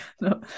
no